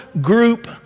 group